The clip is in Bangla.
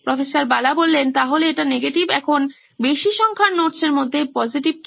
প্রফ্ বালা তাহলে এটা নেগেটিভ এখন বেশি সংখ্যার নোটস এর মধ্যে পজিটিভ কি